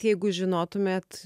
jeigu žinotumėt